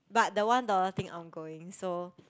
but the one the thing I'm going so